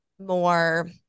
more